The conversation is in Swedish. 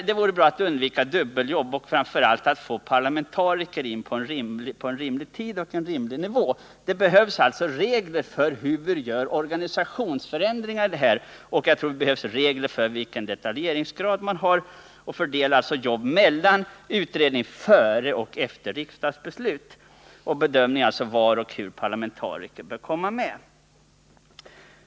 Det vore bra att undvika dubbeljobb och framför allt att få in parlamentariker vid en rimlig tid och på en rimlig nivå. Det behövs alltså regler för hur vi skall göra organisationsförändringar, och jag tror att det också behövs regler för vilken detaljeringsgrad man skall ha, så att man alltså kan fördela jobb på utredning före och efter riksdagsbeslut och bedöma var och hur parlamentariker bör komma med.